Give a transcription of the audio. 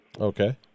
Okay